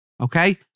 okay